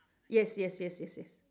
yes yes yes yes yes